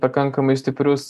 pakankamai stiprius